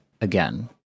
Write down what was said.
again